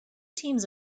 teams